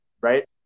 right